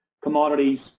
commodities